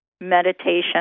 meditation